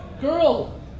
girl